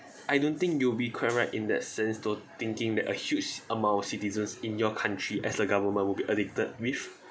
I don't think you'll be quite right in that sense to thinking that a huge amount of citizens in your country as a government would be addicted with